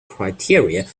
criteria